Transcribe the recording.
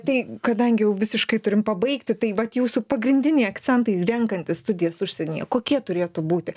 tai kadangi jau visiškai turim pabaigti tai vat jūsų pagrindiniai akcentai renkantis studijas užsienyje kokie turėtų būti